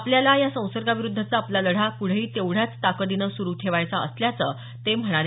आपल्याला या संसर्गाविरुद्धचा आपला लढा पुढंही तेवढ्याच ताकदीनं सुरु ठेवायचा असल्याचं ते म्हणाले